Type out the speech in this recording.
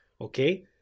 okay